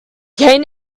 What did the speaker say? gain